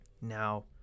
Now